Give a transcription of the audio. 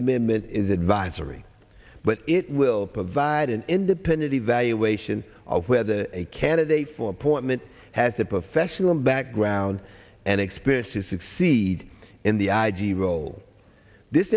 amendment is advisory but it will provide an independent evaluation of where the a candidate for appointment has a professional background and experience to succeed in the i g role this